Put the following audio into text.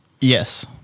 Yes